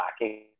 lacking